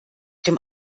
dem